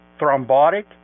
thrombotic